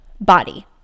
body